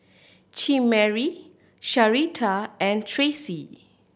Chimere Sharita and Tracee